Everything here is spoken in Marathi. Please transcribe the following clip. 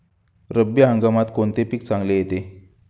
रब्बी हंगामात कोणते पीक चांगले येते?